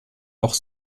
auch